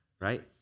right